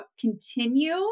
continue